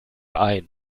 ein